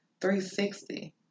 360